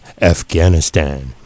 Afghanistan